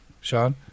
Sean